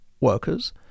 workers